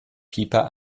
pieper